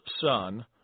son